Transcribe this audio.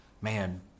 Man